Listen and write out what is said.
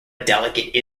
delegate